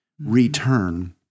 return